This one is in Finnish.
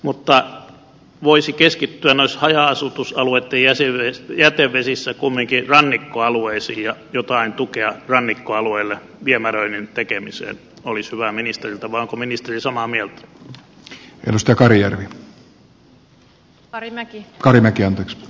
mutta voisi keskittyä noiden haja asutusalueitten jätevesissä kumminkin rannikkoalueisiin ja jotain tukea rannikkoalueille viemäröinnin tekemiseen olisi hyvä ministeriltä vai onko ministeri samaa mieltä